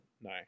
no